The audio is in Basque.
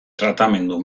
tratamendu